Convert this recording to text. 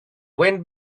wind